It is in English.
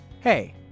Hey